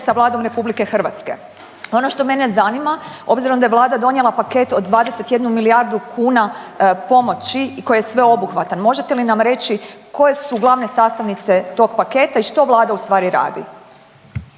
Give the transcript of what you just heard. sa Vladom RH. Ono što mene zanima, obzirom da je vlada donijela paket od 21 milijardu kuna pomoći koji je sveobuhvatan, možete li nam reći koje su glavne sastavnice tog paketa i što vlada ustvari radi?